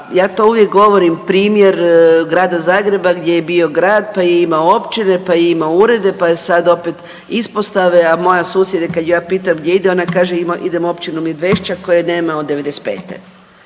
Ja to uvijek govorim primjer grada Zagreba gdje je bio grad, pa je imao općine, pa je imao urede pa sad opet ispostave, a moja susjeda kad je ja pitam gdje idem kaže idem u općinu Medvešćak koje nema od 95